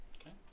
Okay